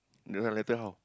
then later how